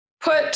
put